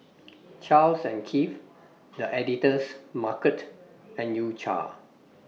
Charles and Keith The Editor's Market and U Cha